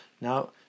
now